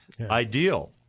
IDEAL